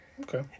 Okay